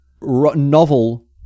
novel